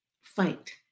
Fight